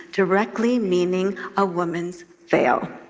directly meaning a woman's veil.